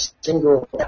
single